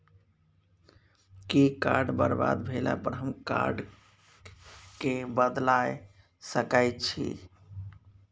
कि कार्ड बरबाद भेला पर हम कार्ड केँ बदलाए सकै छी?